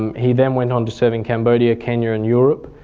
um he then went on to serve in cambodia, kenya and europe,